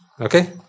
Okay